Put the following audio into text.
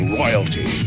royalty